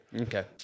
Okay